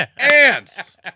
ants